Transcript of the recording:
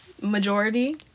majority